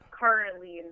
currently